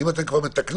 אם אתם כבר מתקנים,